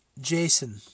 Jason